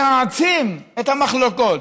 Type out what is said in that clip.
להעצים את המחלוקות.